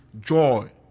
joy